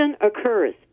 occurs